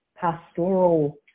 pastoral